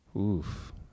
oof